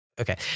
Okay